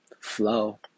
flow